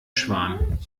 schwan